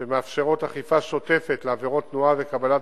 שמאפשרות אכיפה שוטפת לעבירות תנועה וקבלת